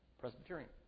Presbyterian